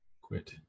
Quit